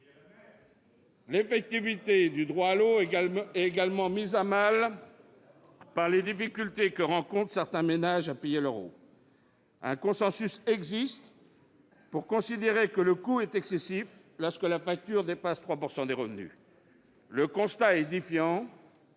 L'effectivité du droit à l'eau est également mise à mal par les difficultés que rencontrent certains ménages à payer leur eau. Un consensus existe pour considérer que le coût est excessif lorsque la facture dépasse 3 % des revenus. Or le constat est édifiant